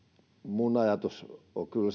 minun ajatukseni on kyllä se että